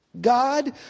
God